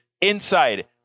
inside